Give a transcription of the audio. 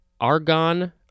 argon